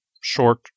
short